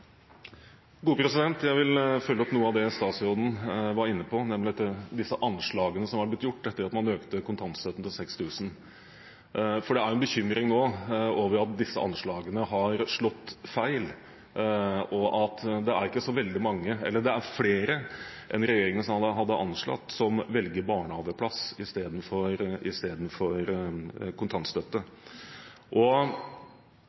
Jeg vil følge opp noe av det statsråden var inne på, nemlig disse anslagene som var blitt gjort etter at man økte kontantstøtten til 6 000 kr. Det er en bekymring nå over at disse anslagene har slått feil, og at det er flere enn regjeringen hadde anslått, som velger barnehageplass istedenfor kontantstøtte. Bekymringen, som